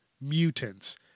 Mutants